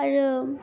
आरो